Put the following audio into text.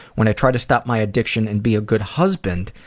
when i tried to stop my addiction and be a good husband,